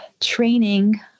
training